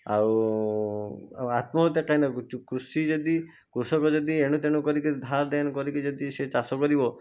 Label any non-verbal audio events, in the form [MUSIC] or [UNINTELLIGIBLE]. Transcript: ଆଉ ଆଉ ଆତ୍ମହତ୍ୟା କାହିଁକିନା [UNINTELLIGIBLE] କୃଷି ଯଦି କୃଷକ ଯଦି ଏଣୁ ତେଣୁ କରି କିରି ଧାର ଦେନ କରିକି ଯଦି ସେ ଚାଷ କରିବ